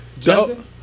Justin